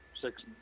six